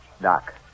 Doc